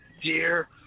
dear